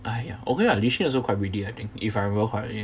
!aiya! okay ah li shin also quite pretty I think if I remember correctly